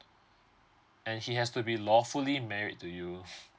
and he has to be lawfully married to you